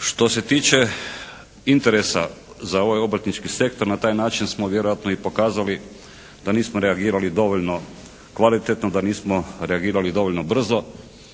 Što se tiče interesa za ovaj obrtnički sektor na taj način smo vjerojatno i pokazali da nismo reagirali dovoljno kvalitetno, da nismo reagirali dovoljno brzo